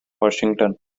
washington